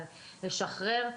לשחרר,